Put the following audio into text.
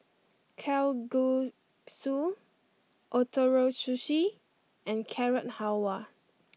Kalguksu Ootoro Sushi and Carrot Halwa